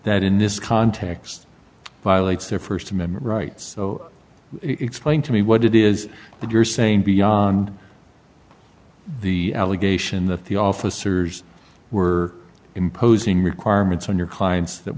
that in this context violates their st amendment rights so explain to me what it is that you're saying beyond the allegation that the officers were imposing requirements on your clients that